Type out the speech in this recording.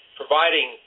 providing